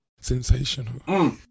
Sensational